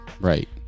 Right